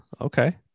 Okay